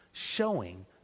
showing